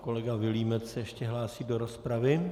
Pan kolega Vilímec se ještě hlásí do rozpravy.